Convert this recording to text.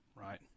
right